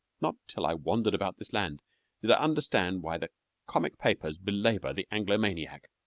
not till i wandered about this land did i understand why the comic papers belabor the anglomaniac.